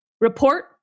report